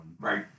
Right